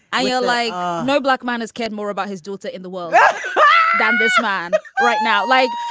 i ah like no black man has cared more about his daughter in the world yeah than this man right now. like,